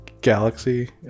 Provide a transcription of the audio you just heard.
Galaxy